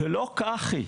ולא כך היא.